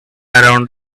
around